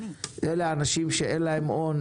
אלה אנשים שאין להם הון,